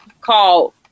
called